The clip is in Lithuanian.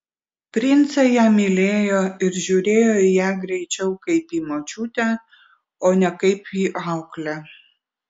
princai ją mylėjo ir žiūrėjo į ją greičiau kaip į močiutę o ne kaip į auklę